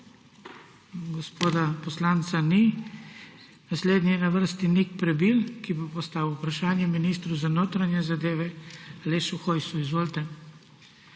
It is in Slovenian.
Gospoda poslanca ni. Naslednji je na vrsti Nik Prebil, ki bo postavil vprašanje ministru za notranje zadeve Alešu Hojsu. Izvolite.